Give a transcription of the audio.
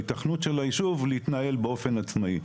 ההיתכנות של היישוב להתנהל באופן עצמאי.